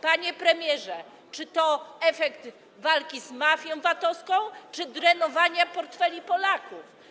Panie premierze, czy to efekt walki z mafią VAT-owską, czy drenowania portfeli Polaków?